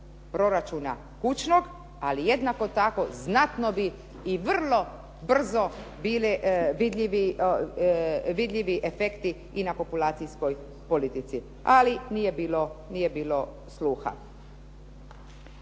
proračuna kućnog ali jednako tako znatno bi i vrlo brzo bili vidljivi efekti i na populacijskoj politici. Ali nije bilo sluha.